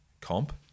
comp